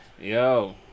Yo